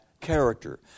character